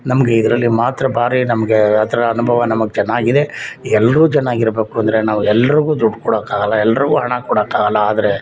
ನಮಗೆ ಇದರಲ್ಲಿ ಮಾತ್ರ ಭಾರಿ ನಮಗೆ ಆ ಥರ ಅನುಭವ ನಮ್ಗೆ ಚೆನ್ನಾಗಿದೆ ಎಲ್ರೂ ಚೆನ್ನಾಗಿರಬೇಕು ಅಂದರೆ ನಾವು ಎಲ್ರಿಗೂ ದುಡ್ಡು ಕೊಡೋಕ್ಕಾಗೋಲ್ಲ ಎಲ್ರಿಗೂ ಹಣ ಕೊಡೋಕ್ಕಾಗೋಲ್ಲ ಆದರೆ